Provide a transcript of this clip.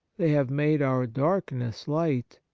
they have made our darkness light,